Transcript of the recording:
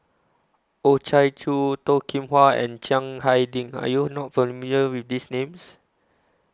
Oh Chai Chew Toh Kim Hwa and Chiang Hai Ding Are YOU not familiar with These Names